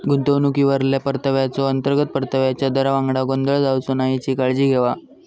गुंतवणुकीवरल्या परताव्याचो, अंतर्गत परताव्याच्या दरावांगडा गोंधळ जावचो नाय हेची काळजी घेवा